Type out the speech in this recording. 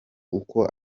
uko